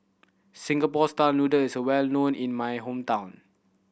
Singapore style noodle is well known in my hometown